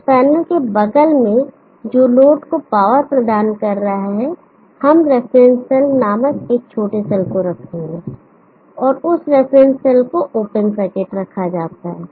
इस पैनल के बगल में जो लोड को पावर प्रदान कर रहा है हम रेफरेंस सेल नामक एक छोटे सेल को रखेंगे और उस रेफरेंस सेल को ओपन सर्किट रखा जाता है